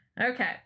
okay